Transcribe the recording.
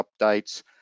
updates